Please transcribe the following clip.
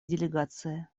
делегации